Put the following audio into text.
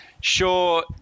sure